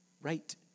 Right